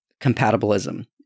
compatibilism